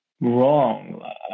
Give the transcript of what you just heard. wrong